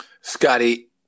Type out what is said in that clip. Scotty